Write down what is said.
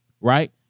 right